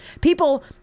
People